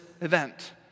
event